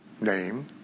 name